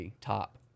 Top